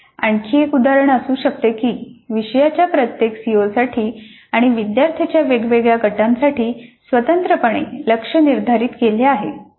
आणखी एक उदाहरण असू शकते की विषयाच्या प्रत्येक सीओसाठी आणि विद्यार्थ्यांच्या वेगवेगळ्या गटांसाठी स्वतंत्रपणे लक्ष्य निर्धारित केले आहे